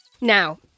Now